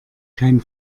kein